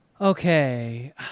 Okay